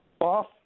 off